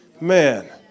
Man